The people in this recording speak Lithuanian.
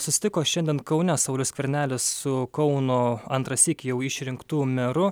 susitiko šiandien kaune saulius skvernelis su kauno antrąsyk jau išrinktu meru